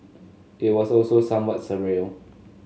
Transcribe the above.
it was also somewhat surreal